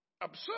absurd